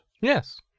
Yes